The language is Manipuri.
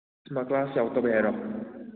ꯏꯁꯃꯥꯔꯠ ꯀ꯭ꯂꯥꯁ ꯌꯥꯎꯗꯕꯒꯤ ꯍꯥꯏꯔꯣ